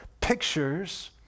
pictures